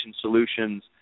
Solutions